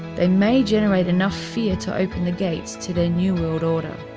they may generate enough fear to open the gates to their new world order.